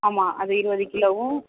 ஆமாம் அது இருபது கிலோவும்